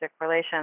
relations